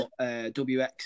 WX